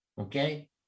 okay